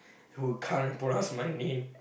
who can't pronounce my name